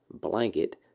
blanket